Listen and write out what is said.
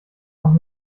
noch